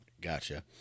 Gotcha